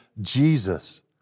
Jesus